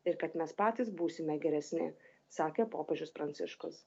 ir kad mes patys būsime geresni sakė popiežius pranciškus